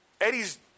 Eddie's